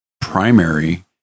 primary